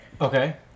Okay